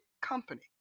company